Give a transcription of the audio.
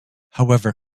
however